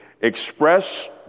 express